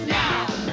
now